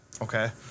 Okay